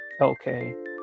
Okay